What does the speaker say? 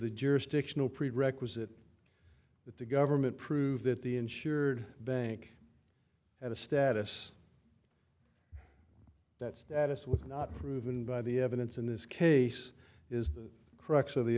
the jurisdictional prerequisite that the government prove that the insured bank had a status that status with not proven by the evidence in this case is the crux of the